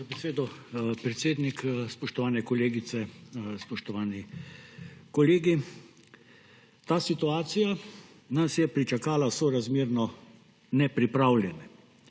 besedo, predsednik. Spoštovane kolegice, spoštovani kolegi! »Ta situacija nas je pričakala sorazmerno nepripravljene.«